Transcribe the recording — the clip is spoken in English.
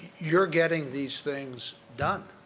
you're getting these things done.